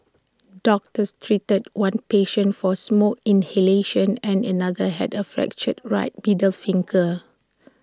doctors treated one patient for smoke inhalation and another had A fractured right middles finger